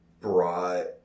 brought